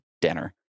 dinner